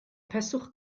peswch